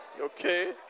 Okay